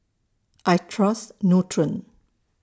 I Trust Nutren